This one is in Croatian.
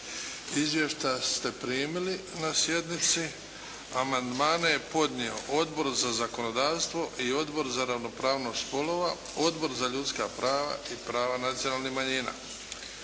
Izvješća ste primili na sjednici. Amandmane je podnio Odbor za zakonodavstvo i Odbor za ravnopravnost spolova, Odbora za ljudska prava i prava nacionalnih manjina.